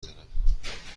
زنم